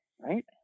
Right